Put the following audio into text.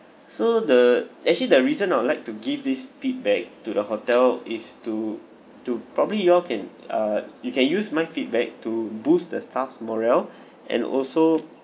so the actually the reason I would like to give this feedback to the hotel is to to probably you all can uh you can use my feedback to boost the staff morale and also